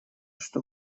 что